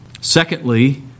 Secondly